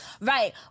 right